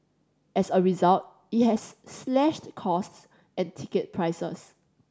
as a result it has slashed costs and ticket prices